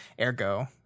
ergo